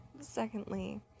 Secondly